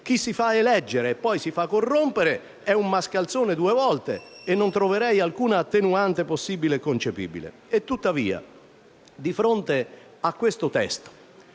chi si fa eleggere e poi si fa corrompere è un mascalzone due volte, e non troverei alcuna attenuante possibile e concepibile. Tuttavia, indubbiamente non